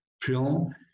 film